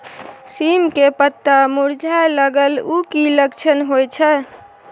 सीम के पत्ता मुरझाय लगल उ कि लक्षण होय छै?